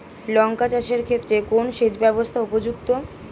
লঙ্কা চাষের ক্ষেত্রে কোন সেচব্যবস্থা উপযুক্ত?